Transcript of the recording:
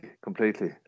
completely